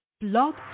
Blog